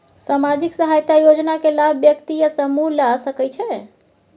सामाजिक सहायता योजना के लाभ व्यक्ति या समूह ला सकै छै?